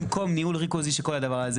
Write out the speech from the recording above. אבל אפשר במקום ניהול ריכוזי של כל הדבר הזה,